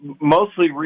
mostly